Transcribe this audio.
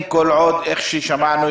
כפי ששמענו,